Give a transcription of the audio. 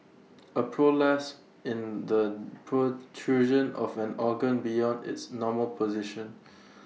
A prolapse in the protrusion of an organ beyond its normal position